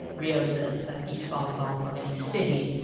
rio's ah a beach volleyball loving city.